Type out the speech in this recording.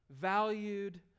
valued